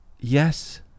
Yes